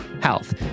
health